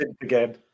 again